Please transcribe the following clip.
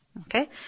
Okay